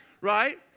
Right